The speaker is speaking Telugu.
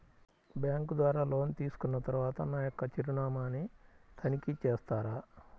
బ్యాంకు ద్వారా లోన్ తీసుకున్న తరువాత నా యొక్క చిరునామాని తనిఖీ చేస్తారా?